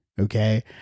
okay